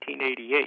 1988